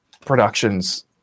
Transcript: productions